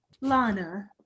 Lana